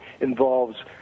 involves